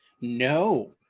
no